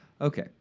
Okay